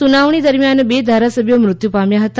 સુનાવણી દરમિયાન બે ધારાસભ્યો મૃત્યુ પામ્યા હતા